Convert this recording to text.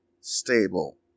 stable